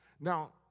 Now